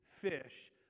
fish